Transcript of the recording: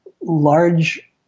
large